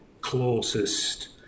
closest